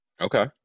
Okay